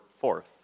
fourth